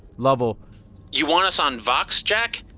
lovell you want us on vox, jack?